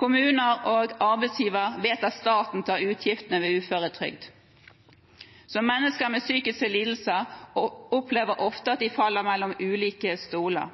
Kommuner og arbeidsgivere vet at staten tar utgiftene ved uføretrygd. Mennesker med psykiske lidelser opplever ofte at de faller mellom to stoler.